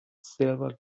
silver